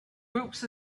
groups